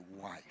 wife